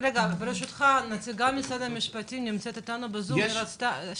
נציגת משרד המשפטים נמצאת אתנו בזום והיא